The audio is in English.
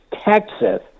Texas